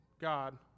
God